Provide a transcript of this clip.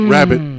Rabbit